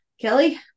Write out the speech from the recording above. Kelly